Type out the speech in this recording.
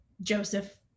Joseph